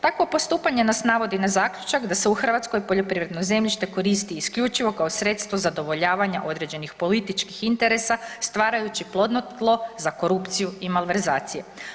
Takvo postupanje nas navodi na zaključak da se u Hrvatskoj poljoprivredno zemljište koristi isključivo kao sredstvo zadovoljavanja određenih političkih interesa stvarajući plodno tlo za korupciju i malverzacije.